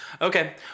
Okay